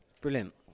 Brilliant